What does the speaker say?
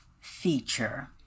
feature